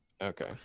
Okay